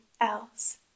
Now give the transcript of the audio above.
else